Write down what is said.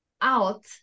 out